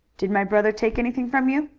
did my brother take anything from you?